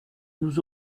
nous